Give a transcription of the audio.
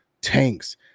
tanks